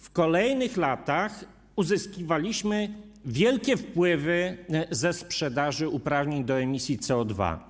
W kolejnych latach uzyskiwaliśmy wielkie wpływy ze sprzedaży uprawnień do emisji CO2.